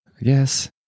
Yes